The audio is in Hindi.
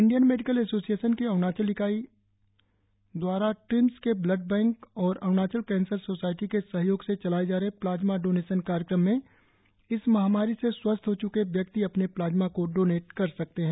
इंडियन मेडिकल एसोसियेशन की अरुणाचल इकाई द्वारा ट्रिम्स के ब्लड बैंक और अरुणाचल कैंसर सोसायटी के सहयोग से चलाएं जा रहे प्लाज्मा डोनेशन कार्यक्रम में इस महामारी से स्वस्थ हो च्के व्यक्ति अपने प्लाज्मा को डोनेट कर सकते है